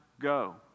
go